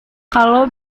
kalau